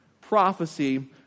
prophecy